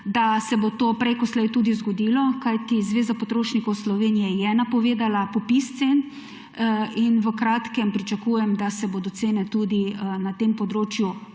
da se bo to prej kot slej tudi zgodilo, kajti Zveza potrošnikov Slovenije je napovedala popis cen in v kratkem pričakujem, da se bodo cene tudi na tem področju